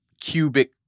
cubic